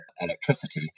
electricity